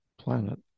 planet